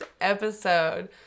episode